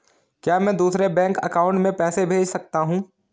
क्या मैं दूसरे बैंक अकाउंट में पैसे भेज सकता हूँ?